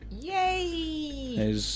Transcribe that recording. Yay